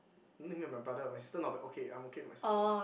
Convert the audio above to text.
only me and my brother my sister not bad okay I'm okay with my sister